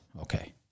Okay